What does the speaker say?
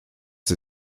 sie